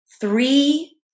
three